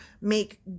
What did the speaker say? make